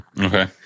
Okay